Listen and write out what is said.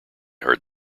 heard